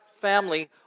family